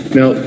Now